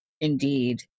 indeed